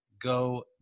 go